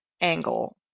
angle